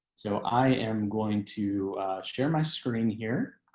so i am going to share my screen here.